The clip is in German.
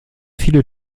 viele